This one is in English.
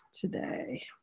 today